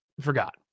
Forgot